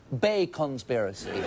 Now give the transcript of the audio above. Bay-conspiracy